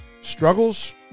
struggles